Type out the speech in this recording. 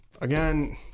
Again